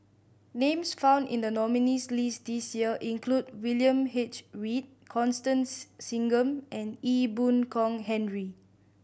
names found in the nominees' list this year include William H Read Constance Singam and Ee Boon Kong Henry